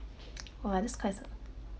!wah! that's quite uh